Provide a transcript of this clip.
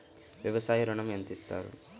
వ్యవసాయ ఋణం ఎంత ఇస్తారు?